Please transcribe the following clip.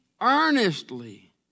earnestly